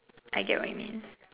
I get what you mean